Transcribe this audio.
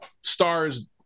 stars